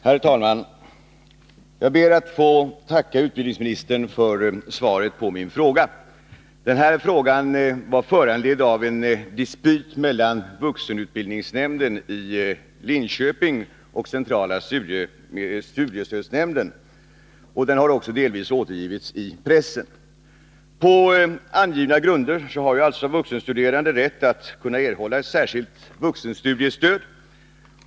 Herr talman! Jag ber att få tacka utbildningsministern för svaret på min fråga. Frågan var föranledd av en dispyt mellan vuxenutbildningsnämnden i Linköping och centrala studiestödsnämnden som delvis har återgivits i pressen. På vissa angivna grunder har vuxenstuderande rätt att erhålla särskilt vuxenstudiestöd.